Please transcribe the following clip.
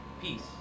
Peace